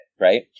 Right